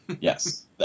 Yes